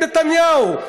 את נתניהו.